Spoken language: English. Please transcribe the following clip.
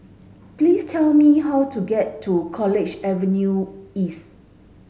please tell me how to get to College Avenue East